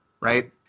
right